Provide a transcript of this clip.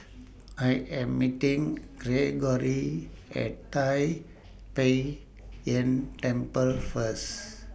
I Am meeting Greggory At Tai Pei Yuen Temple First